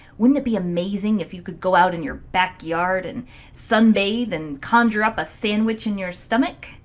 wouldn't it be amazing if you could go out in your backyard and sunbathe and conjure up a sandwich in your stomach?